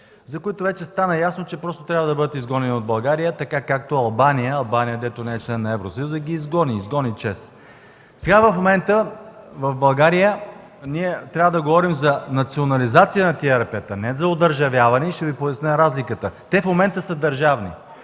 за които вече стана ясно, че трябва да бъдат изгонени от България, както направи Албания. Албания, която не е член на Евросъюза, ги изгони. Изгони ЧЕЗ. Сега в България трябва да говорим за национализация на тези ЕРП-та, а не за одържавяване. Ще Ви поясня разликата. Те в момента са държавни.